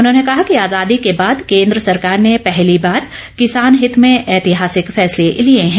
उन्होंने कहा कि आजादी के बाद केन्द्र सरकार ने पहली बार किसान हित में ऐतिहासिक फैसले लिए हैं